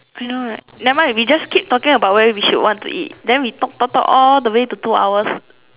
I know right never mind we just keep talking about where we should want to eat then we talk talk talk all the way to two hours